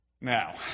Now